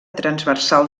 transversal